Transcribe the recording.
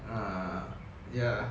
uh ya